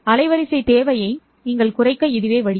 அலைவரிசை தேவையை நீங்கள் குறைக்க இதுவே வழி